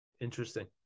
Interesting